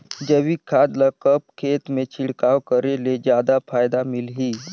जैविक खाद ल कब खेत मे छिड़काव करे ले जादा फायदा मिलही?